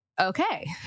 okay